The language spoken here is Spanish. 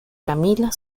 camila